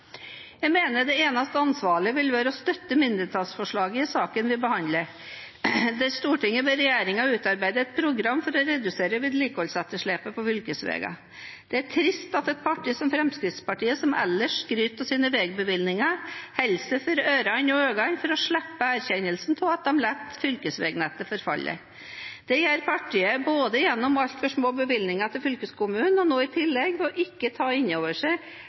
Jeg mener det eneste ansvarlige vil være å støtte et av mindretallsforslagene i saken vi behandler, der Stortinget ber regjeringen utarbeide et program for å redusere vedlikeholdsetterslepet på fylkesvegene. Det er trist at et parti som Fremskrittspartiet, som ellers skryter av sine vegbevilgninger, holder seg for ørene og øynene for å slippe å erkjenne at de lar fylkesvegnettet forfalle. Det gjør partiet både gjennom altfor små bevilgninger til fylkeskommunene og nå i tillegg ved ikke å ta inn over seg